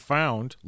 found